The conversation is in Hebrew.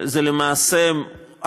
למעשה,